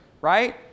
Right